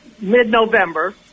mid-November